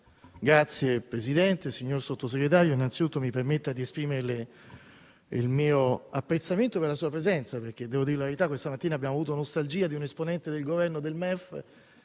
Signor Presidente, signor Sottosegretario, innanzitutto mi permetta di esprimere il mio apprezzamento per la sua presenza. Devo dire la verità: questa mattina abbiamo avuto nostalgia di un esponente del Governo e del MEF.